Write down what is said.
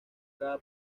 cada